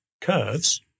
curves